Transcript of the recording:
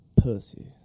pussy